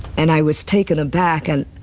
and i was taken aback and